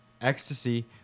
ecstasy